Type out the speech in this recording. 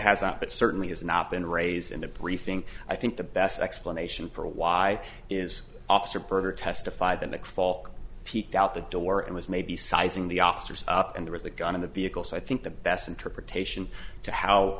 has not but certainly has not been raised in the briefing i think the best explanation for why is officer berger testified and that fall peeked out the door and was maybe sizing the officers up and there is a gun in the vehicle so i think the best interpretation to how